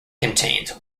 contains